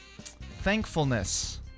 Thankfulness